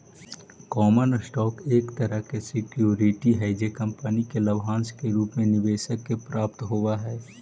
common stock एक तरह के सिक्योरिटी हई जे कंपनी के लाभांश के रूप में निवेशक के प्राप्त होवऽ हइ